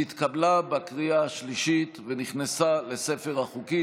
התקבלה בקריאה שלישית ונכנסה לספר החוקים.